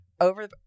over